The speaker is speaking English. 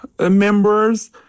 members